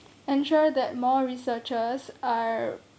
ensure that more researchers are